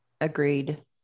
Agreed